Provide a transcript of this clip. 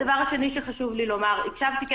הדבר השני שחשוב לי לומר הקשבתי אתמול